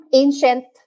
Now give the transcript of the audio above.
ancient